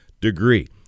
degree